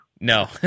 No